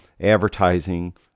advertising